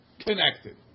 connected